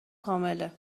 کامله